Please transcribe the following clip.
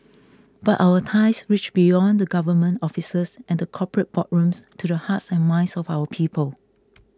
but our ties reach beyond the government offices and the corporate boardrooms to the hearts and minds of our people